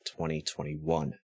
2021